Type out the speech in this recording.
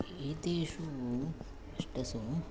एतेषु अष्टसु